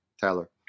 Tyler